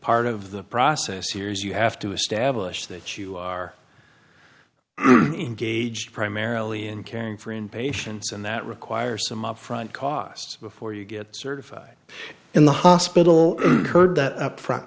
part of the process here is you have to establish that you are gauge primarily in caring for in patients and that require some upfront costs before you get certified in the hospital heard that upfront